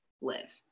live